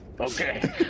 Okay